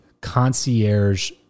concierge